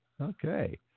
Okay